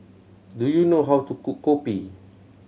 do you know how to cook kopi